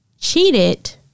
cheated